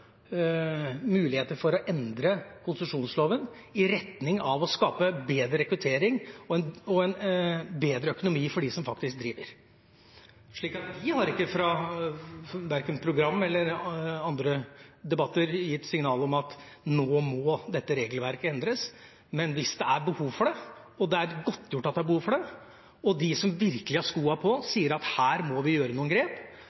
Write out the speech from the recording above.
muligheter for å endre konsesjonsloven i retning av å skape bedre rekruttering og en bedre økonomi for dem som faktisk driver. Vi har ikke i verken programmet eller andre debatter gitt signaler om at dette regelverket nå må endres, men hvis det er behov for det, og det er godtgjort at det er behov for det, og de som virkelig har skoa på, sier at her må vi ta noen grep,